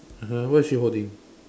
(uh huh) what is she holding